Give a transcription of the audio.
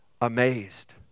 amazed